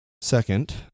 Second